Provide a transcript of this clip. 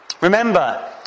Remember